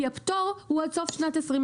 כי הפטור הוא עד סוף שנת 2023,